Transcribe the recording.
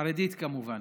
חרדית, כמובן.